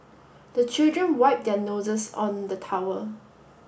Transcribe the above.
the children wipe their noses on the towel